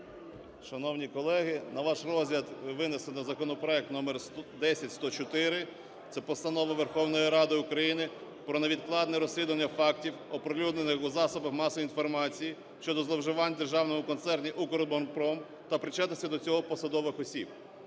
Шановні колеги, на ваш розгляд винесено законопроект № 10104. Це Постанова Верховної Ради України про невідкладне розслідування фактів, оприлюднених у засобах масової інформації, щодо зловживань в Державному концерні "Укроборонпром" та причетності до цього посадових осіб.